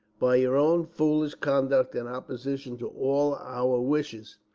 by your own foolish conduct and opposition to all our wishes,